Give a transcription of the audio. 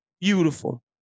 Beautiful